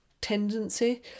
tendency